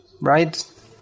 right